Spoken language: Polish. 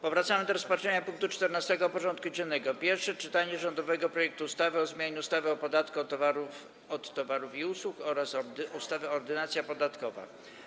Powracamy do rozpatrzenia punktu 14. porządku dziennego: Pierwsze czytanie rządowego projektu ustawy o zmianie ustawy o podatku od towarów i usług oraz ustawy Ordynacja podatkowa.